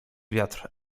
wiatr